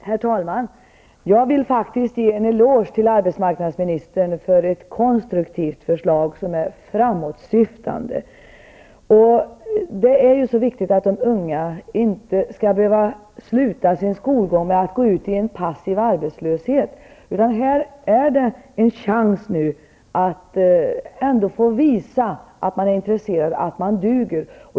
Herr talman! Jag vill faktiskt ge en eloge till arbetsmarknadsministern för ett konstruktivt förslag som är framåtsyftande. Det är viktigt att de unga inte behöver sluta sin skolgång för att sedan gå ut i en passiv arbetslöshet. Här finns nu en chans att ändå få visa att man är intresserad och att man duger.